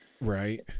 Right